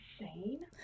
insane